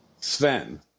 Sven